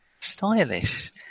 stylish